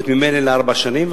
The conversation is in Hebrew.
זאת אומרת ממילא לארבע שנים,